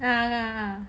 ah